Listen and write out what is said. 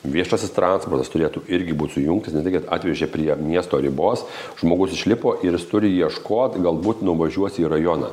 viešasis transportas turėtų irgi būt sujungtas ne tai kad atvežė prie miesto ribos žmogus išlipo ir jis turi ieškot galbūt nuvažiuos į rajoną